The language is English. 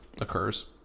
occurs